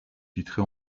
titré